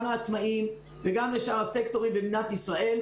גם לעצמאים וגם לשאר הסקטורים במדינת ישראל,